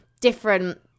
different